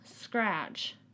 scratch